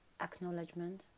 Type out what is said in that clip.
acknowledgement